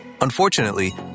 Unfortunately